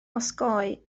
osgoi